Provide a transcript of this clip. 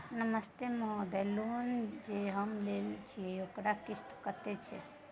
नमस्ते महोदय, लोन जे हम लेने छिये ओकर किस्त कत्ते छै?